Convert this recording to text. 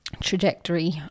trajectory